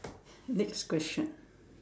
next question